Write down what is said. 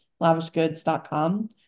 lavishgoods.com